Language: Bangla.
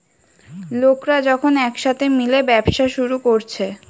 লোকরা যখন একসাথে মিলে ব্যবসা শুরু কোরছে